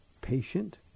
patient